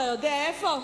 אתה יודע איפה?